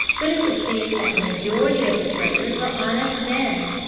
but it would seem that the majority of the traders were honest men.